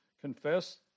Confess